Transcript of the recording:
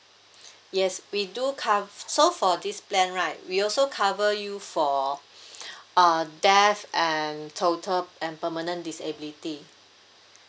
yes we do cov~ so for this plan right we also cover you for uh death and total and permanent disability